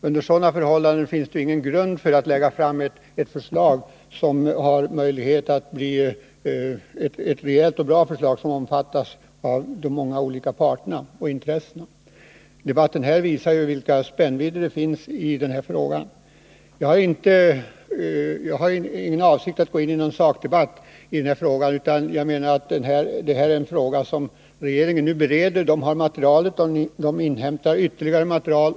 Under sådana förhållanden kan man inte lägga fram ett bra förslag, som kan omfattas av de olika parterna och intressenterna. Debatten här visar ju spännvidderna i den här frågan. Det är inte min avsikt att gå in i någon sakdebatt i frågan. Regeringen håller på att bereda frågan. Den har material och inhämtar ytterligare material.